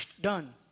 Done